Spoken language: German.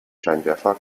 scheinwerfer